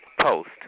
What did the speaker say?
post